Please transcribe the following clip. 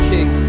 King